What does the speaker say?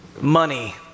Money